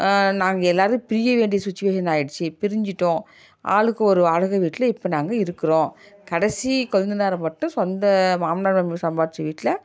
நாங்கள் எல்லோரும் பிரிய வேண்டிய சுச்சிவேஷன் ஆகிடுச்சு பிரிஞ்சுட்டோம் ஆளுக்கு ஒரு வாடகை வீட்டில் இப்போ நாங்கள் இருக்கிறோம் கடைசி கொழுந்தனார மட்டும் சொந்த மாமனார் அவங்க சம்பாரித்த வீட்டில்